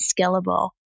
scalable